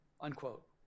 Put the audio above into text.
unquote